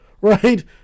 Right